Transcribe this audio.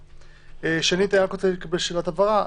שנית, יש לי שאלת הבהרה.